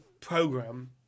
program